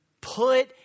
Put